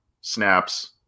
snaps